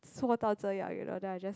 做到这样 you know then I just